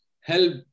help